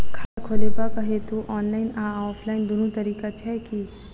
खाता खोलेबाक हेतु ऑनलाइन आ ऑफलाइन दुनू तरीका छै की?